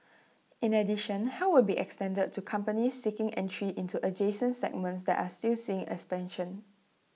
in addition help will be extended to companies seeking entry into adjacent segments that are still seeing expansion